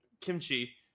Kimchi